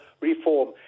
reform